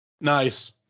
Nice